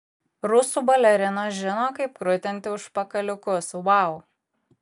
rusų balerinos žino kaip krutinti užpakaliukus vau